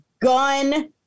gun